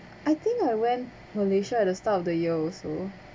I think I went malaysia at the start of the year also